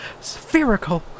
Spherical